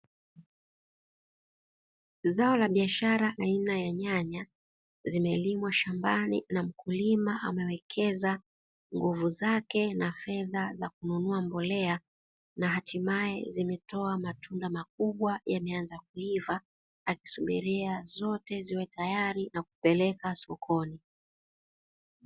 Zao la biashara aina ya nyanya, zimelimwa shambani na mkuma amewekeza nguvu zake na fedha za kununua mbolea na hatimae zimetoa matunda makubwa yameanza kuiva, akisubiria zote ziwe tayari na kupeleka sokoni.